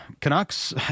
Canucks